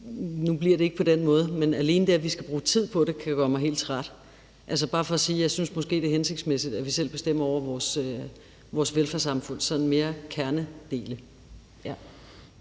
Nu bliver det ikke på den måde, men alene det, at vi skal bruge tid på det, kan gøre mig helt træt. Det er bare for at sige, at jeg måske synes, det er hensigtsmæssigt, at vi selv bestemmer over vores velfærdssamfunds sådan kernedele.